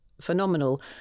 phenomenal